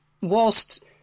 whilst